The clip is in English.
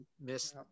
miss